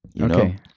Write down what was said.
Okay